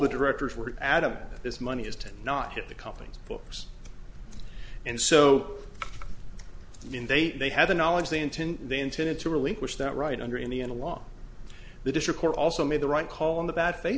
the directors were adamant that this money is to not hit the company's books and so when they had the knowledge they intend they intended to relinquish that right under in the in the law the district court also made the right call on the bad faith